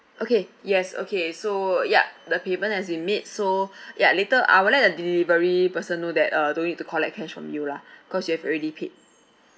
okay yes okay so ya the payment has been made so ya later I would let the delivery person know that uh don't need to collect cash from you lah because you have already paid